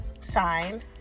sign